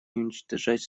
уничтожать